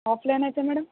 offline అయితే madam